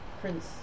prince